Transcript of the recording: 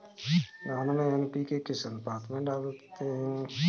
धान में एन.पी.के किस अनुपात में डालते हैं?